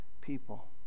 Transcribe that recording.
people